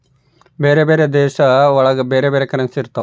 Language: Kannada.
ಬೇರೆ ಬೇರೆ ದೇಶ ಒಳಗ ಬೇರೆ ಕರೆನ್ಸಿ ಇರ್ತವ